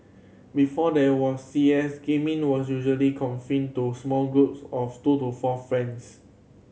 before there was C S gaming was usually confined to small groups of two to four friends